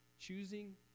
choosing